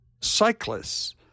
cyclists